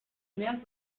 mehr